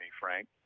Frank